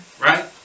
Right